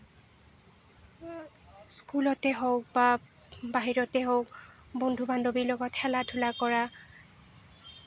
স্কুলতে হওক বা বাহিৰতে হওক বন্ধু বান্ধৱীৰ লগত খেলা ধূলা কৰা